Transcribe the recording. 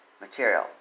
material